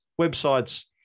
websites